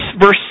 verse